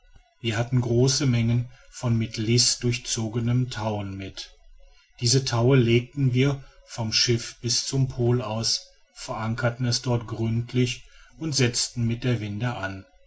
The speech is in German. wir hatten große mengen von mit lis durchzogenen tauen mit dieses tau legten wir vom schiff bis zum pol aus verankerten es dort gründlich und setzten mit der winde an